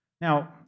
Now